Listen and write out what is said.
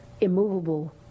immovable